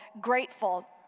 Grateful